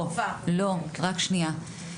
לא, לא, רק שניה.